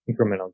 incremental